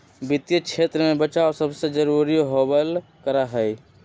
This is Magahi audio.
वित्तीय क्षेत्र में बचाव सबसे जरूरी होबल करा हई